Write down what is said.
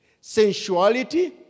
sensuality